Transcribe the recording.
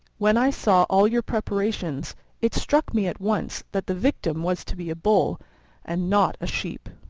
when i saw all your preparations it struck me at once that the victim was to be a bull and not a sheep.